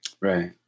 Right